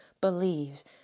believes